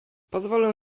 pozwolę